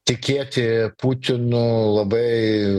tikėti putinu labai